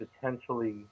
potentially